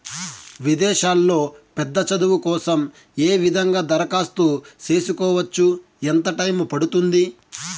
విదేశాల్లో పెద్ద చదువు కోసం ఏ విధంగా దరఖాస్తు సేసుకోవచ్చు? ఎంత టైము పడుతుంది?